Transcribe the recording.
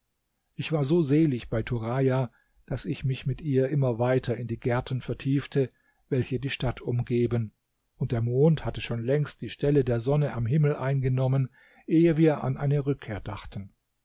ich war so selig bei turaja daß ich mich mit ihr immer weiter in die gärten vertiefte welche die stadt umgeben und der mond hatte schon längst die stelle der sonne am himmel eingenommen ehe wir an eine rückkehr dachten